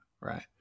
Right